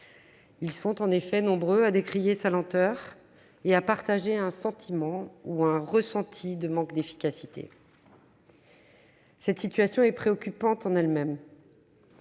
Ils sont en effet nombreux à décrier sa lenteur et à exprimer le ressenti d'un manque d'efficacité. Cette situation est préoccupante en elle-même,